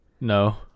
No